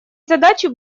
задачи